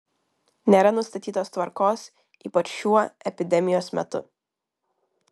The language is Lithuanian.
nėra nustatytos tvarkos ypač šiuo epidemijos metu